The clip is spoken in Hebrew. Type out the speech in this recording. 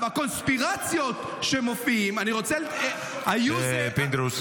הקונספירציות שמופיעות ------ פינדרוס.